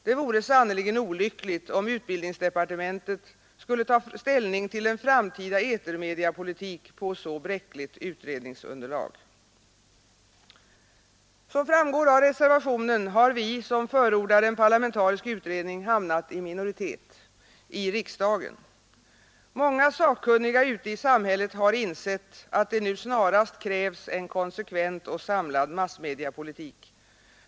Det vore sannerligen olyckligt om utbildningsdepartementet skulle ta ställning till en framtida etermediapolitik på ett så bräckligt utredningsunderlag. Som framgår av reservationen har vi som förordar en parlamentarisk utredning hamnat i minoritet — i riksdagen. Många sakkunniga ute i samhället har insett att det nu snarast krävs en konsekvent och samlad massmediapolitik.